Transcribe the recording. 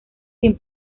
sin